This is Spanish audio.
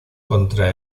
contra